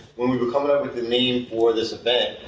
when we were coming up with a name for this event,